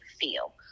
feel